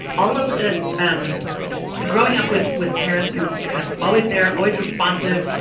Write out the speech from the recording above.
all of this. um growing up with with parents who kind of always there, always responsive.